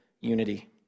unity